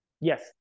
Yes